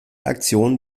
aktion